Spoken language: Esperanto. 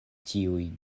tiuj